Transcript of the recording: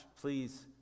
please